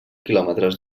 quilòmetres